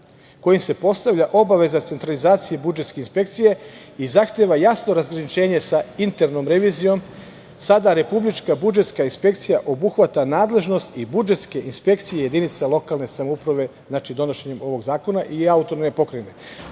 kojim se postavlja obaveza centralizacije budžetske inspekcije i zahteva jasno razgraničenje sa internom revizijom. Sada republička budžetska inspekcija obuhvata nadležnost i budžetske inspekcije jedinica lokalne samouprave donošenjem ovog zakona i autonomne pokrajine,